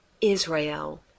Israel